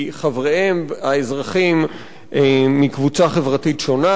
חבריהם האזרחים מקבוצה חברתית שונה.